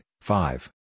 five